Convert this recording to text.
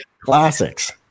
classics